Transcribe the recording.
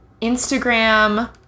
Instagram